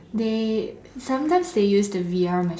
they sometimes they use the V_R machine